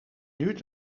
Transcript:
duurt